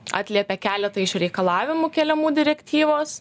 atliepia keletą iš reikalavimų keliamų direktyvos